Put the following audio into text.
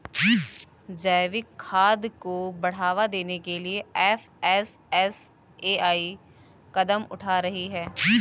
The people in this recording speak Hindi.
जैविक खाद को बढ़ावा देने के लिए एफ.एस.एस.ए.आई कदम उठा रही है